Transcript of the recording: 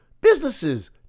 businesses